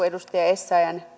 edustaja essayah